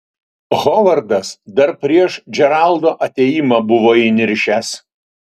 hovardas dar prieš džeraldo atėjimą buvo įniršęs